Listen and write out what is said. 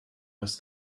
was